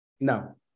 No